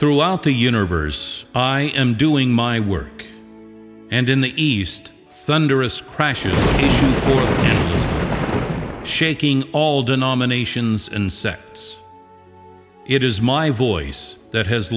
throughout the universe i am doing my work and in the east thunderous crashes shaking all denominations and sects it is my voice that has